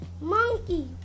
monkey